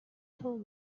told